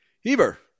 Heber